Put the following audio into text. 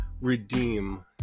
redeem